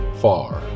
far